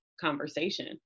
conversation